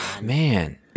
Man